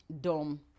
dom